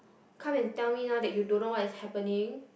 come and tell me now that you don't know what is happening